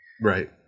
Right